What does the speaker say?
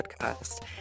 podcast